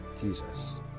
Jesus